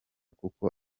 kuko